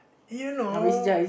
you know